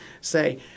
say